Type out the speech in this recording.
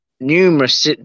numerous